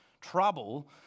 trouble